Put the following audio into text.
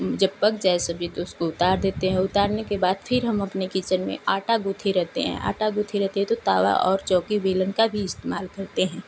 जब पक जाए सब्जी टॉ उसको उतार देते हैं उतारने के बाद फिर हम अपने किचन में आटा गूँथे रहते हैं आटा गूँथे रहते हैं तो तावा और चौकी बेलन का भी इस्तेमाल करते हैं